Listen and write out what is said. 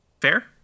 Fair